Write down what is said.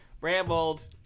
rambled